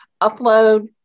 upload